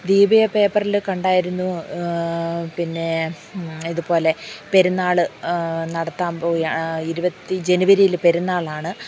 ദീപിക പേപ്പറിൽ കണ്ടായിരുന്നു പിന്നെ ഇതുപോലെ പെരുന്നാൾ നടത്താൻ പോയ ഇരുപത്തി ജനുവരിയിൽ പെരുന്നാളാണ്